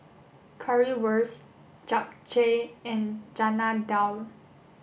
Currywurst Japchae and Chana Dal